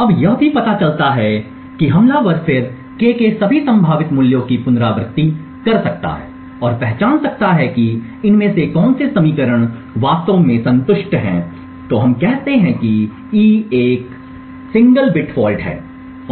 अब यह भी पता चलता है कि हमलावर फिर k के सभी संभावित मूल्यों की पुनरावृति कर सकता है और पहचान सकता है कि इनमें से कौन से समीकरण वास्तव में संतुष्ट हैं तो हम कहते हैं कि e एक एकल बिट दोष है